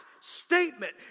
statement